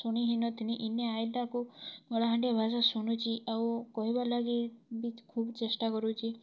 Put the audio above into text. ଶୁଣି ହିଁ ନ ଥିନି ଇନେ ଆଇଲାକୁ କଳାହାଣ୍ଡିଆ ଭାଷା ଶୁଣୁଛି ଆଉ କହିବା ଲାଗି ବି ଖୁବ୍ ଚେଷ୍ଟା କରୁଛି